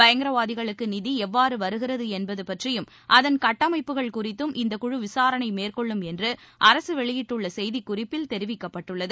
பயங்கரவாதிகளுக்கு நிதி எவ்வாறு வருகிறது என்பது பற்றியும் அதன் கட்டமைப்புகள் குறித்தும் இந்த குழு விசாரணை மேற்கொள்ளும் என்று அரசு வெளியிட்டுள்ள செய்திக்குறிப்பில் தெரிவிக்கப்பட்டுள்ளது